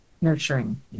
nurturing